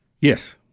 Yes